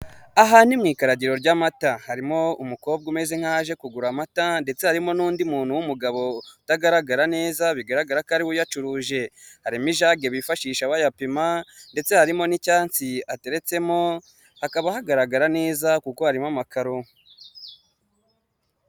Ahandi mukaragiro ry'amata, harimo umukobwa umeze nk'aje kugura amata ndetse harimo n'undi muntu w'umugabo utagaragara neza bigaragara ko ariwe uyatuje, harimo ijage bifashisha bayapima ndetse harimo n'icyansi ateretsemo hakaba hagaragara neza kuko harimo amakaro.